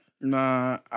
Nah